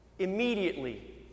immediately